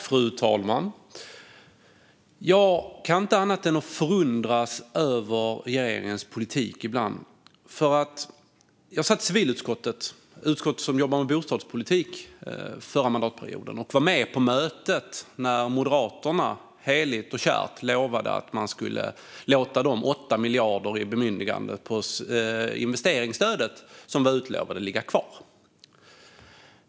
Fru talman! Jag kan inte annat än att förundras över regeringens politik ibland. Jag satt i civilutskottet - utskottet som jobbar med bostadspolitik - förra mandatperioden och var med på mötet när Moderaterna heligt och kärt lovade att de skulle låta de 8 miljarder som bemyndigats för investeringsstödet och som var utlovade ligga kvar.